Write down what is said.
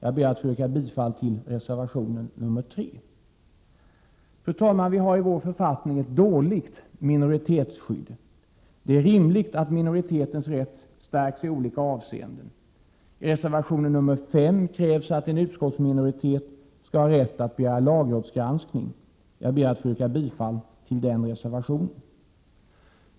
Jag ber att få yrka bifall till reservation 3. Fru talman! Vi har i vår författning ett dåligt minoritetsskydd. Det är rimligt att minoritetens rätt stärks i olika avseenden. I reservation 5 krävs att en utskottsminoritet skall ha rätt att begära lagrådsgranskning. Jag ber att få yrka bifall till denna reservation.